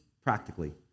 practically